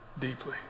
deeply